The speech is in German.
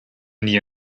nie